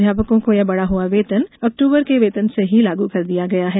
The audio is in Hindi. अध्यापकों को यह बढा हुआ वेतन अक्ट्बर के वेतन से ही लागू कर दिया गया है